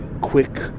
quick